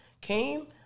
came